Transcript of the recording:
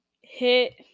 hit